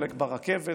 חלק ברכבת,